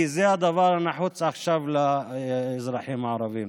כי זה הדבר הנחוץ עכשיו לאזרחים הערבים.